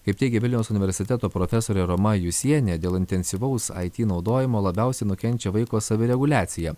kaip teigia vilniaus universiteto profesorė roma jusienė dėl intensyvaus aity naudojimo labiausiai nukenčia vaiko savireguliacija